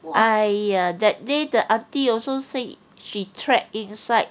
!aiya! that day the aunty also say she trapped inside